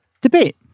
debate